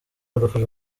agafasha